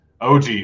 OG